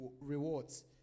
rewards